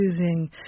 choosing